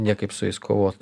niekaip su jais kovot